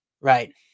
Right